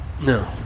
No